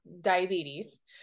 diabetes